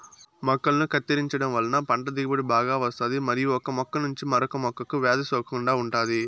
మొక్కలను కత్తిరించడం వలన పంట దిగుబడి బాగా వస్తాది మరియు ఒక మొక్క నుంచి మరొక మొక్కకు వ్యాధి సోకకుండా ఉంటాది